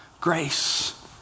grace